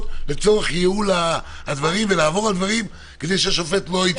לצורך ייעול הדברים כדי שהשופט לא יצטרך.